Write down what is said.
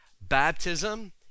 Baptism